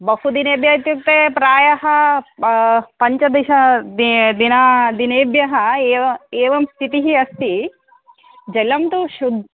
बहु दिनेभ्यः इत्युक्ते प्रायः पञ्चदशदिनेभ्यः दिनम् एवम् एवं स्थितिः अस्ति जलं तु शुद्